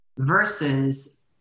Versus